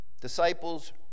Disciples